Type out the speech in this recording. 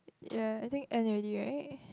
ya I think end already right